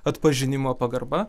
atpažinimo pagarba